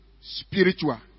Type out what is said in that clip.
spiritual